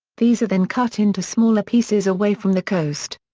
these are then cut into smaller pieces away from the coast.